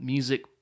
Music